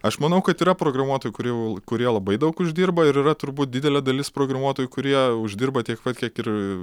aš manau kad yra programuotojų kūrių kurie labai daug uždirba ir yra turbūt didelė dalis programuotojų kurie uždirba tiek pat kiek ir